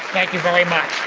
thank you very much.